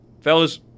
fellas